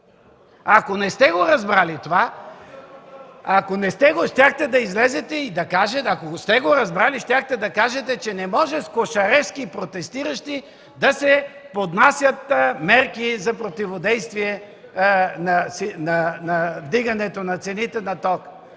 Ако сте разбрали това, щяхте да излезете и да кажете, че не може с кошаревски протестиращи да се поднасят мерки за противно действие на вдигането на цените на тока.